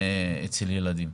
אצל ילדים.